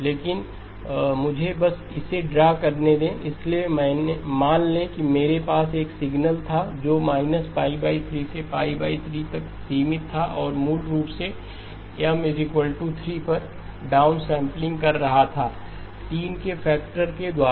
लेकिन मुझे बस इसे ड्रा करने दें इसलिए मान लें कि मेरे पास एक सिग्नल था जो 3 से π 3 तक सीमित था और मैं मूल रूप से M 3 पर डाउनसमलिंग कर रहा था 3 के फैक्टर के द्वारा